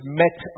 met